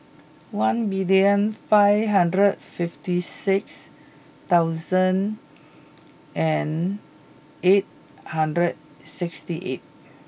one million five hundred fifty six thousand and eight hundred sixty eight